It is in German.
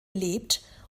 lebt